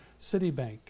Citibank